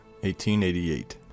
1888